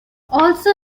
also